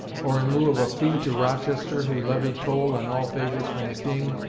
or in lieu of a fee to rochester, who levied toll on all favours from the king,